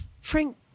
Frank